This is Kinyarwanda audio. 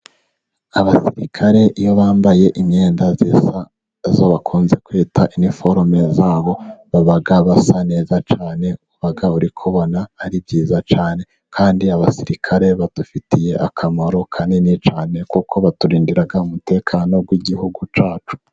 Abasirikare iyo bambaye imyenda isa, iyo bakunze kwita iniforume zabo, baba basa neza cyane, baba bari kubona ari byiza cyane, kandi abasirikare badufitiye akamaro kanini cyane, kuko baturindira umutekano w'igihugu cyacu.